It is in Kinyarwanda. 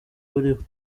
buriho